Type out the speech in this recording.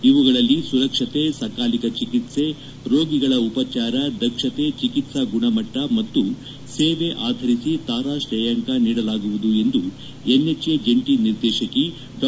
ಇವುಗಳಲ್ಲಿ ಸುರಕ್ಷತೆ ಸಕಾಲಿಕ ಚಿಕಿತ್ಸೆ ರೋಗಿಗಳ ಉಪಚಾರ ದಕ್ಷತೆ ಚಿಕತ್ಸಾ ಗುಣಮಟ್ಟ ಮತ್ತು ಸೇವೆ ಆಧರಿಸಿ ತಾರಾ ಶ್ರೇಯಾಂಕ ನೀಡಲಾಗುವುದು ಎಂದು ಎನ್ಎಚ್ಎ ಜಂಟಿ ನಿರ್ದೇಶಕಿ ಡಾ